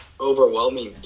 overwhelming